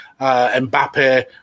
Mbappe